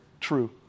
true